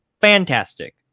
fantastic